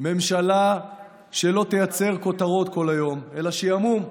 ממשלה שלא תייצר כותרות כל היום אלא שעמום,